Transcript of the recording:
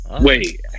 Wait